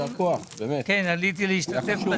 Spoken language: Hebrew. יישר כוח באמת, חשוב.